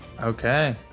Okay